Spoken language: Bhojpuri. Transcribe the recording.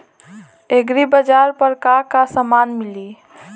एग्रीबाजार पर का का समान मिली?